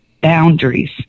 boundaries